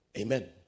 Amen